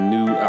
New